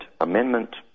amendment